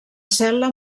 cel·la